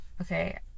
Okay